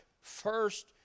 first